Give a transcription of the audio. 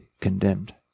condemned